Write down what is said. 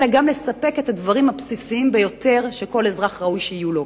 אלא גם לספק את הדברים הבסיסיים ביותר שכל אזרח ראוי שיהיו לו.